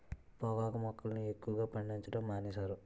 పొగాకు మొక్కలను ఎక్కువగా పండించడం మానేశారు